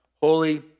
holy